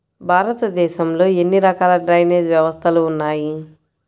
భారతదేశంలో ఎన్ని రకాల డ్రైనేజ్ వ్యవస్థలు ఉన్నాయి?